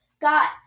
got